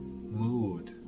mood